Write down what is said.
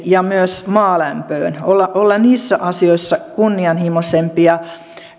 ja myös maalämpöön olla olla niissä asioissa kunnianhimoisempia